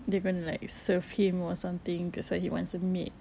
they going to like serve him or something that's why he wants a maid